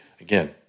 again